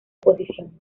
posición